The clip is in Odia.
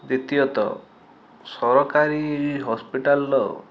ଦ୍ୱିତୀୟତଃ ସରକାରୀ ହସ୍ପିଟାଲର